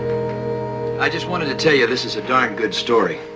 i just wanted to tell you this is a darn good story.